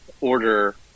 order